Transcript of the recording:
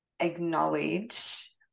acknowledge